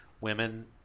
women